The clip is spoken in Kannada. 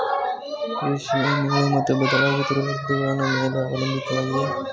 ಕೃಷಿಯು ಮಳೆ ಮತ್ತು ಬದಲಾಗುತ್ತಿರುವ ಋತುಗಳ ಮೇಲೆ ಅವಲಂಬಿತವಾಗಿದೆ